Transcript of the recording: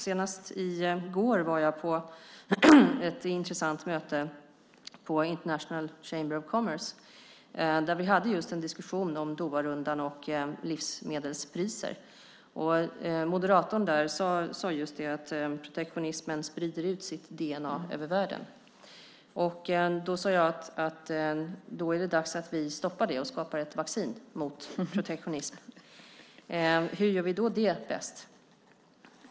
Senast i går var jag på ett intressant möte på International Chamber of Commerce, där vi hade en diskussion om Doharundan och livsmedelspriser. Moderatorn sade att protektionismen sprider ut sitt dna över världen. Då sade jag att det är dags att vi stoppar det och skapar ett vaccin mot protektionism. Hur gör vi då det bäst?